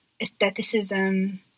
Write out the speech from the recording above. aestheticism